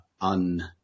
un